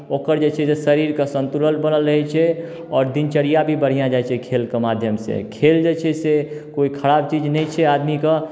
ओकर जे छै से शरीरके संतुलन बनल रहैत छै आओर दिनचर्या भी बढ़िआँ जाइत छै खेलके माध्यमसँ खेल जे छै से कोइ खराब चीज नहि छै आदमी कऽ